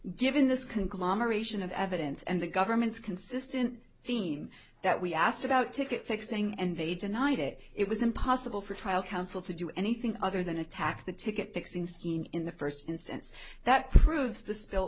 given this conglomeration of evidence and the government's consistent theme that we asked about ticket fixing and they denied it it was impossible for a trial counsel to do anything other than attack the ticket fixing scene in the first instance that proves the spill